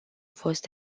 fost